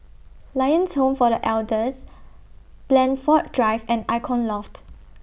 Lions Home For The Elders Blandford Drive and Icon Loft